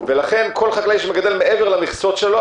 ולכן כל חקלאי שמגדל מעבר למכסות שלו,